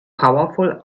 powerful